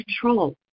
control